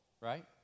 right